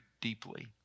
deeply